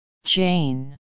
Jane